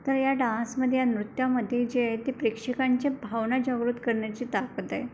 तर या डान्समध्ये या नृत्यामध्ये जे आहे ते प्रेक्षकांच्या भावना जागृत करण्याची ताकत आहे